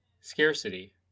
scarcity